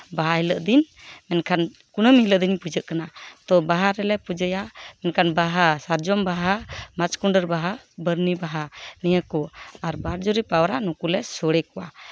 ᱵᱟᱦᱟ ᱦᱤᱞᱳᱜ ᱫᱤᱱ ᱢᱮᱱᱠᱷᱟᱱ ᱠᱩᱱᱟᱹᱢᱤ ᱦᱤᱞᱳᱜ ᱫᱤᱱ ᱤᱧ ᱯᱩᱡᱟᱹᱜ ᱠᱟᱱᱟ ᱛᱳ ᱵᱟᱦᱟ ᱨᱮᱞᱮ ᱯᱩᱡᱟᱹᱭᱟ ᱢᱮᱱᱠᱷᱟᱱ ᱵᱟᱦᱟ ᱥᱟᱨᱡᱚᱢ ᱵᱟᱦᱟ ᱢᱟᱛᱠᱚᱢ ᱰᱟᱹᱨ ᱵᱟᱦᱟ ᱵᱟᱨᱱᱤ ᱵᱟᱦᱟ ᱱᱤᱭᱟᱹ ᱠᱚ ᱟᱨ ᱵᱟᱨ ᱡᱩᱨᱤ ᱯᱟᱣᱨᱟ ᱱᱩᱠᱩᱞᱮ ᱥᱳᱲᱮ ᱠᱚᱣᱟ